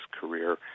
career